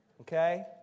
Okay